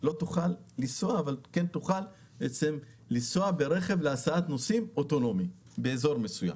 לא תוכל לנסוע אבל תוכל לנסוע ברכב אוטונומי להסעת נוסעים באזור מסוים.